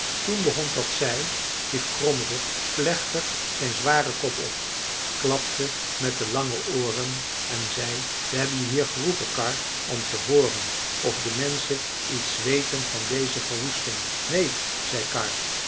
toen de hond dat zei hief kromrug plechtig zijn zwaren kop op klapte met de lange ooren en zei we hebben je hier geroepen karr om te hooren of de menschen iets weten van deze verwoesting neen zei karr